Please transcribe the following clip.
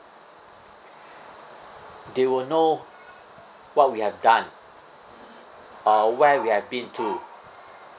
they will know what we have done uh where we have been to